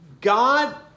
God